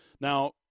Now